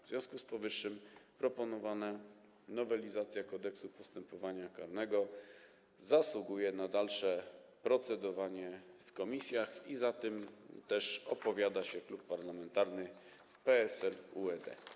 W związku z powyższym proponowana nowelizacja Kodeksu postępowania karnego zasługuje na dalsze procedowanie w komisjach i za tym też opowiada się Klub Poselski PSL-UED.